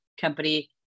company